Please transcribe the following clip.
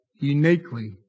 uniquely